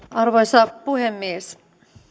arvoisa puhemies